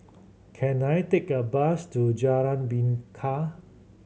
can I take a bus to Jalan Bingka